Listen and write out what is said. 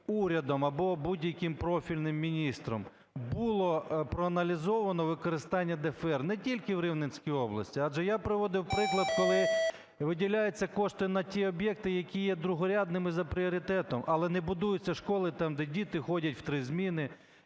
урядом або будь-яким профільним міністром було проаналізовано використання ДФРР, не тільки в Рівненській області. Адже я приводив приклад, коли виділяються кошти на ті об'єкти, які є другорядними за пріоритетом, але не будуються школи там, де діти ходять в три зміни